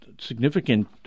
significant